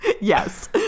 Yes